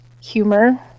humor